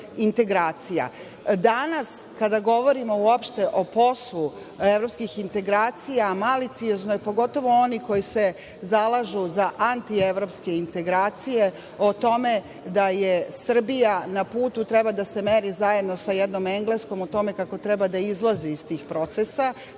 kada govorimo uopšte o poslu evropskih integracija maliciozno je, pogotovo oni koji se zalažu za antievropske integracije, o tome da je Srbija na putu, treba da se meri zajedno sa jednom Engleskom, o tome kako treba da izlazi iz tih procesa.